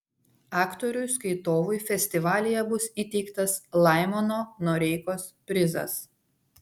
aktoriui skaitovui festivalyje bus įteiktas laimono noreikos prizas